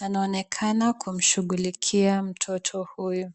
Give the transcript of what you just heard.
Anaonekana kumshughulikia mtoto huyu.